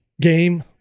Game